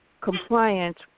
compliance